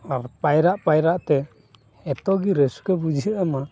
ᱟᱨ ᱯᱟᱭᱨᱟᱜ ᱯᱟᱭᱨᱟᱜ ᱛᱮ ᱮᱛᱚ ᱜᱮ ᱨᱟᱹᱥᱠᱟᱹ ᱵᱩᱡᱷᱟᱹᱜ ᱟᱢᱟ